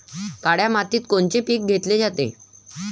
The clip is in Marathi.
काळ्या मातीत कोनचे पिकं घेतले जाते?